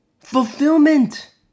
Fulfillment